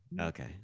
okay